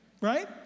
right